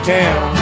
town